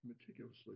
meticulously